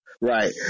Right